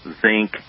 zinc